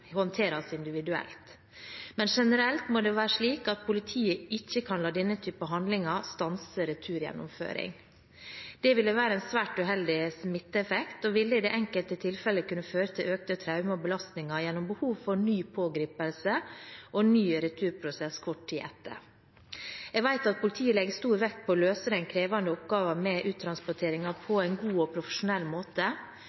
det være slik at politiet ikke kan la denne type handlinger stanse returgjennomføring. Det ville være en svært uheldig smitteeffekt og ville i det enkelte tilfellet kunne føre til økte traumer og belastninger gjennom behov for ny pågripelse og ny returprosess kort tid etter. Jeg vet at politiet legger stor vekt på å løse den krevende oppgaven med uttransporteringer på